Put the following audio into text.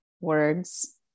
words